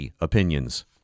opinions